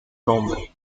nombre